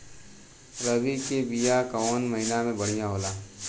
रबी के बिया कवना महीना मे बढ़ियां होला?